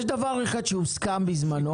יש דבר אחד שהוסכם בזמנו,